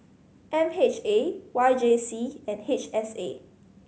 M H A Y J C and H S A